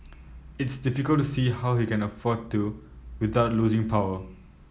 it's difficult to see how he can afford to without losing power